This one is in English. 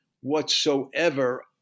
whatsoever